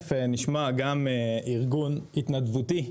נשמע ארגון התנדבותי,